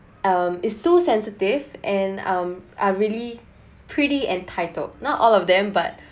um is too sensitive and um are really pretty entitled not all of them but